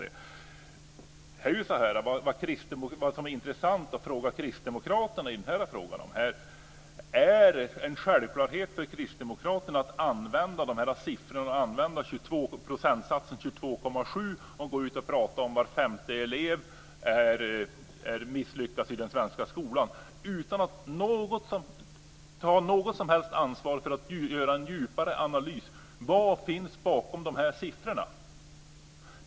Det skulle vara intressant att till kristdemokraterna rikta frågan: Är det en självklarhet för kristdemokraterna att vifta med procentsatsen 22,7 och att prata om att var femte elev i den svenska skolan är misslyckad? Tar man något som helst ansvar för att göra en djupare analys av vad som finns bakom dessa siffror?